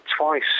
twice